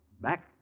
back